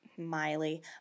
miley